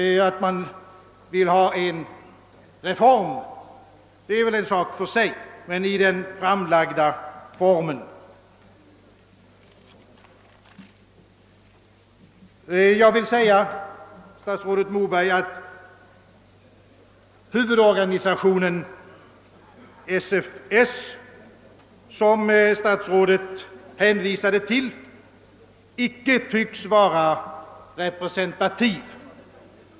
Observera att man vänder sig mot formen — man vill ha en reform men inte på det sätt som nu föreslagits. Jag vill säga till statsrådet Moberg, att studenternas huvudorganisation, SFS, som statsrådet hänvisade till, icke tycks vara representativ.